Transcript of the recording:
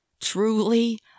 Truly